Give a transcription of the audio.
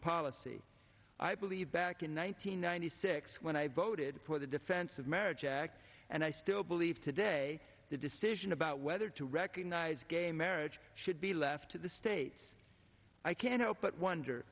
policy i believe back in one thousand nine hundred six when i voted for the defense of marriage act and i still believe today the decision about whether to recognize gay marriage should be left to the states i can't help but wonder